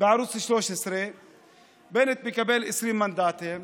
בערוץ 13 בנט מקבל 20 מנדטים,